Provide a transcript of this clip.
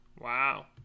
wow